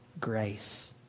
grace